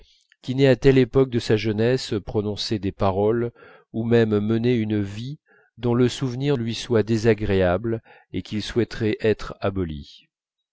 qui n'ait à telle époque de sa jeunesse prononcé des paroles ou même mené une vie dont le souvenir ne lui soit désagréable et qu'il ne souhaiterait être aboli